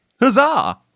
Huzzah